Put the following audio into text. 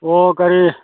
ꯑꯣ ꯀꯔꯤ